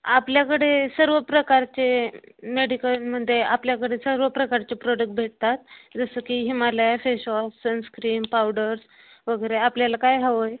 आपल्याकडे सर्व प्रकारचे मेडिकलमध्ये आपल्याकडे सर्व प्रकारचे प्रोडक्ट भेटतात जसं की हिमालया फेशवॉश सनस्क्रीम पावडर्स वगैरे आपल्याला काय हवं आहे